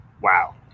wow